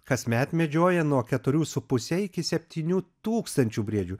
kasmet medžioja nuo keturių su puse iki septynių tūkstančių briedžių